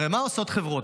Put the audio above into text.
הרי מה עושות חברות?